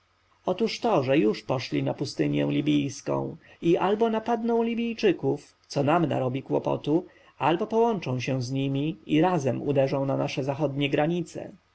otóż to że już poszli na pustynię libijską i albo napadną libijczyków co nam narobi kłopotu albo połączą się z nimi i razem uderzą na nasze zachodnie granice